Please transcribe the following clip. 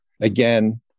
Again